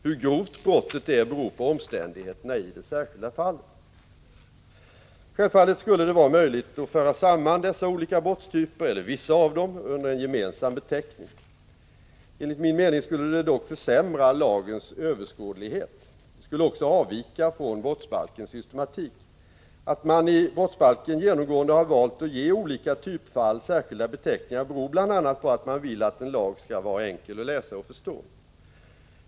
Hur grovt brottet är beror på omständigheterna i det särskilda fallet. Självfallet skulle det vara möjligt att föra samman dessa olika brottstyper, eller vissa av dem, under en gemensam beteckning. Enligt min mening skulle det dock försämra lagens överskådlighet. Det skulle också avvika från brottsbalkens systematik. Att man i brottsbalken genomgående har valt att ge olika typfall särskilda beteckningar beror bl.a. på att man vill att en lag skall vara enkel att läsa och förstå.